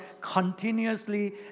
continuously